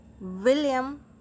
William